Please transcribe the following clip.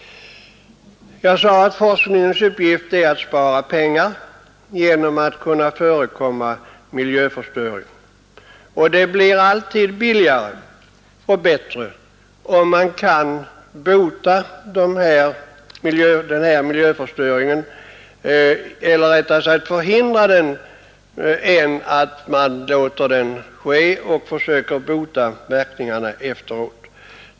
Forskningens uppgift är som sagt att spara pengar genom att förekomma miljöförstöring. Det är alltid billigare och bättre att förhindra miljöförstöring än att låta den ske och efteråt försöka häva verkningarna.